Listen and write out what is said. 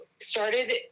started